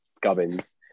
gubbins